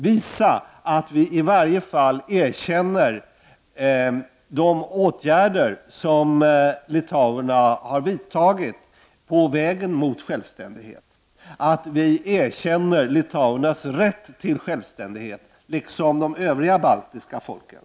Vi borde kunna visa att vi i varje fall erkänner de åtgärder som litauerna har vidtagit på vägen mot självständighet, att vi erkänner litauernas rätt till självständighet, liksom de övriga baltiska folkens.